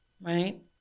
right